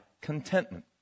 contentment